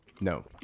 No